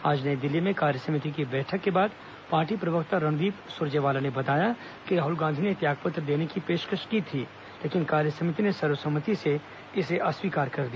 आज नई दिल्ली में कार्य समिति की बैठक के बाद पार्टी प्रवक्ता रणदीप सुरजेवाला ने बताया कि राहुल गांधी ने त्याग पत्र देने की पेशकश की थी लेकिन कार्य समिति ने सर्व सम्मति से इसे अस्वीकार कर दिया